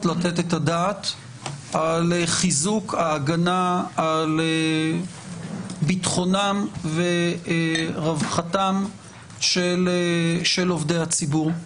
לתת את הדעת על חיזוק ההגנה על ביטחונם ורווחתם של עובדי הציבור.